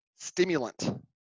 stimulant